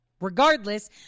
Regardless